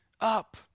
up